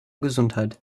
gesundheit